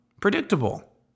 predictable